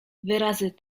wyrazy